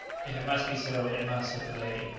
if it must be so, it must, said the lady.